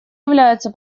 является